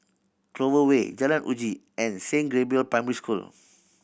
Clover Way Jalan Uji and Saint Gabriel's Primary School